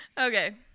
Okay